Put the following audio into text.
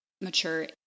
mature